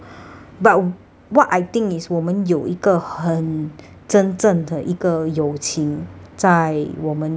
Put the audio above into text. but what I think is 我们有一个很真正的一个友情在我们的